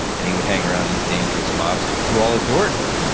and he would hang around these dangerous mobsters who all adored him.